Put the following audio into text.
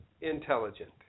intelligent